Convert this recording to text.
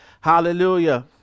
Hallelujah